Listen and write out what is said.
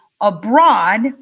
abroad